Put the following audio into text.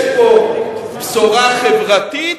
יש פה בשורה חברתית,